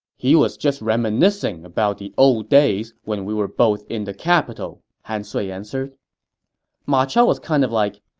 he was just reminiscing about the old days when we were both in the capital, han sui answered ma chao was kind of like,